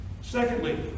secondly